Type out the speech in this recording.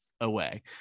away